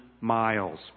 miles